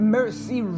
Mercy